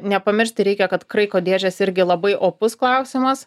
nepamiršti reikia kad kraiko dėžės irgi labai opus klausimas